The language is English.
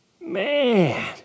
Man